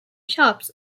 shops